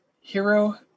hero